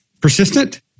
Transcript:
persistent